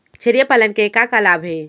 छेरिया पालन के का का लाभ हे?